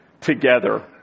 together